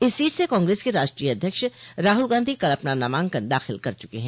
इस सीट से कांग्रेस के राष्ट्रीय अध्यक्ष राहुल गांधी कल अपना नामांकन दाखिल कर चुके हैं